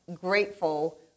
grateful